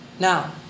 Now